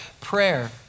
prayer